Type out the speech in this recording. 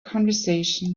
conversation